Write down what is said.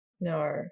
No